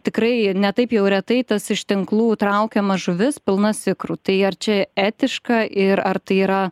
tikrai ne taip jau retai tas iš tinklų traukiama žuvis pilnas ikrų tai ar čia etiška ir ar tai yra